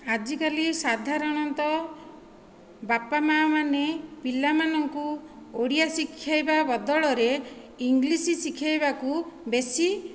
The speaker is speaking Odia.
ଆଜିକାଲି ସାଧାରଣତଃ ବାପା ମାଆମାନେ ପିଲାମାନଙ୍କୁ ଓଡ଼ିଆ ଶିଖାଇବା ବଦଳରେ ଇଙ୍ଗ୍ଲିଶ ଶିଖାଇବାକୁ ବେଶୀ